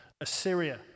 Assyria